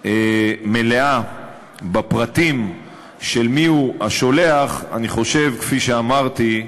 מלאה בפרטים של השולח, אני חושב, כפי שאמרתי,